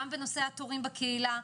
גם בנושא התורים בקהילה,